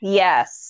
yes